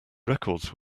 records